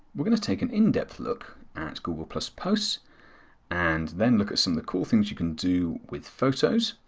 we are going to take an in-depth look at google posts posts and then look at some of the cool things you can do with photos.